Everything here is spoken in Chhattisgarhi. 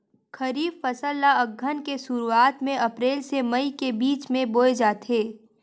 खरीफ फसल ला अघ्घन के शुरुआत में, अप्रेल से मई के बिच में बोए जाथे